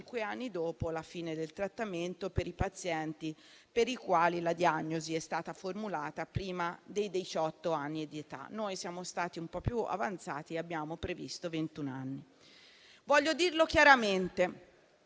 anni dopo la fine del trattamento per i pazienti per i quali la diagnosi sia stata formulata prima dei diciotto anni di età. Noi siamo stati un po' più avanzati e abbiamo previsto un'età di ventun anni. Voglio dirlo chiaramente: